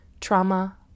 Trauma